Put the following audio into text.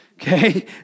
okay